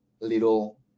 little